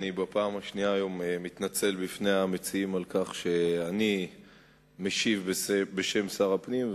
בפעם השנייה היום אני מתנצל בפני המציעים על כך שאני משיב בשם שר הפנים.